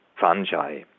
fungi